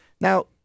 Now